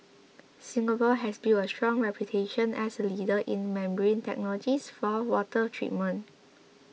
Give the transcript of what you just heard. Singapore has built a strong reputation as a leader in membrane technologies for water treatment